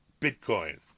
Bitcoin